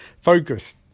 focus